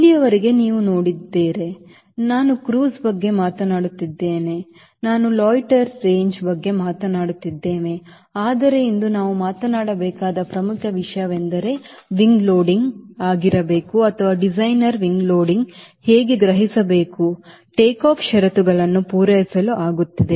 ಇಲ್ಲಿಯವರೆಗೆ ನೀವು ನೋಡಿದ್ದೇವೆ ನಾವು ಕ್ರೂಸ್ ಬಗ್ಗೆ ಮಾತನಾಡಿದ್ದೇವೆ ನಾವು ಲೋಟರ್ ರೇಂಜ್ ಬಗ್ಗೆ ಮಾತನಾಡಿದ್ದೇವೆ ಆದರೆ ಇಂದು ನಾವು ಮಾತನಾಡಬೇಕಾದ ಪ್ರಮುಖ ವಿಷಯವೆಂದರೆ ರೆಕ್ಕೆ ಲೋಡಿಂಗ್ ಆಗಿರಬೇಕು ಅಥವಾ ಡಿಸೈನರ್ wing loading ಹೇಗೆ ಗ್ರಹಿಸಬೇಕು ಟೇಕ್ ಆಫ್ ಷರತ್ತುಗಳನ್ನು ಪೂರೈಸಲು ಆಗುತ್ತಿದೆ